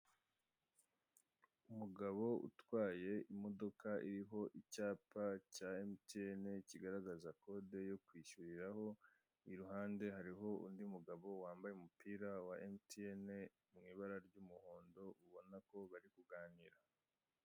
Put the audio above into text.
Umugabo utwaye imodoka iriho icyapa cya emutiyene kigaragaza kode yo kwishyuriraho, iruhande hariho undi mugabo wambaye umupira wa emutiyene mu ibara ry'umuhondo ubona ko bari kuganira.